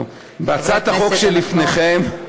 בהצעת החוק שלפניכם,